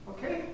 Okay